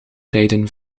rijden